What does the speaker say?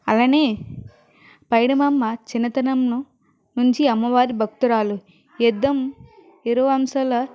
అలానే పైడమాంబ చిన్నతనంను నుంచి అమ్మవారి భక్తురాలు యుద్ధం ఇరువంసల